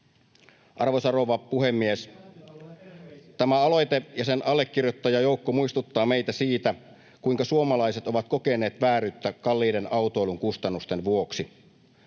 Arvoisa rouva puhemies! Tämä aloite ja sen allekirjoittajajoukko muistuttavat meitä siitä, kuinka suomalaiset ovat kokeneet vääryyttä kalliiden autoilun kustannusten vuoksi.